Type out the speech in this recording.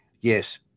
yes